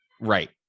right